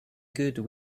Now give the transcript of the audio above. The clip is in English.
good